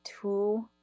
two